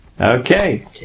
Okay